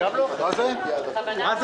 --- מה?